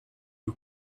you